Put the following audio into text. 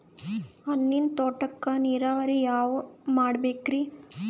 ಹಣ್ಣಿನ್ ತೋಟಕ್ಕ ನೀರಾವರಿ ಯಾದ ಮಾಡಬೇಕ್ರಿ?